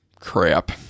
Crap